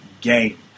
game